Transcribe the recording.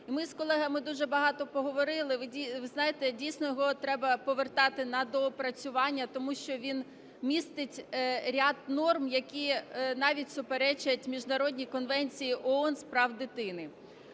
ми з колегами дуже багато поговорили. Ви знаєте, дійсно його треба повертати на доопрацювання, тому що він містить ряд норм, які навіть суперечать Міжнародній конвенції ООН з прав дитини.